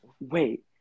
Wait